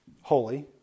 holy